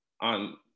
on